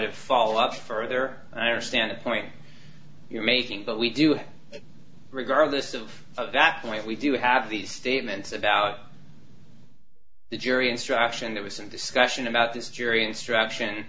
to follow up further and i understand that point you're making but we do have regardless of that point we do have these statements about the jury instruction there was some discussion about this jury instruction